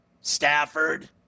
Stafford